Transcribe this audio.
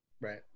Right